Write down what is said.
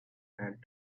had